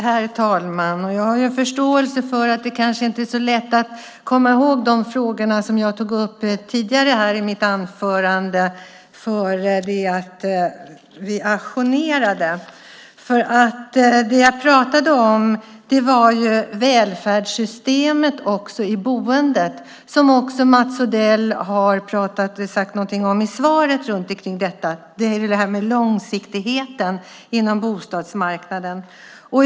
Herr talman! Jag har förståelse för att det kanske inte är så lätt att komma ihåg de frågor som jag tog upp i mitt anförande före ajourneringen. Det jag pratade om var välfärdssystemet i boendet, som också Mats Odell har sagt något om i svaret, och om långsiktigheten inom bostadsmarknaden.